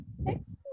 Next